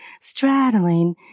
straddling